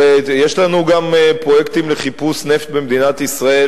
הרי יש לנו גם פרויקטים לחיפוש נפט במדינת ישראל,